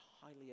highly